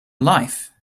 life